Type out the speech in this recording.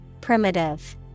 primitive